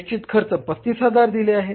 निश्चित खर्च 35000 दिले आहे